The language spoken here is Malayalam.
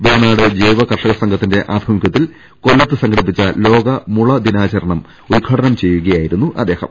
വേണാട് ജൈവ കർഷക സംഘത്തിന്റെ ആഭിമുഖ്യത്തിൽ കൊല്ലത്ത് സംഘടിപ്പിച്ച ലോക മുളദിനാചരണം ഉദ്ഘാടനം ചെയ്യുകയായിരുന്നു അദ്ദേഹം